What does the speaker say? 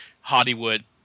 Hollywood